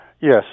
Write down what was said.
Yes